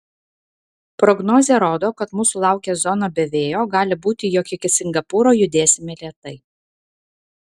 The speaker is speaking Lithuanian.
prognozė rodo kad mūsų laukia zona be vėjo gali būti jog iki singapūro judėsime lėtai